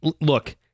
look